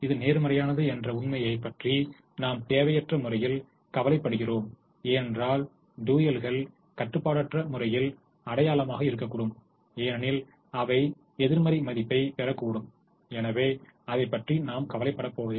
இது எதிர்மறையானது என்ற உண்மையைப் பற்றி நாம் தேவையற்ற முறையில் கவலைப்படுகிறோம் ஏனென்றால் டூயல்கள் கட்டுப்பாடற்ற முறையில் அடையாளமாக இருக்கக்கூடும் ஏனெனில் அவை எதிர்மறை மதிப்பை பெறக்கூடும் எனவே அதைப் பற்றி நாம் கவலைப்பட தேவையில்லை